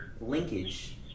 linkage